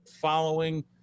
following